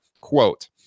Quote